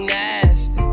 nasty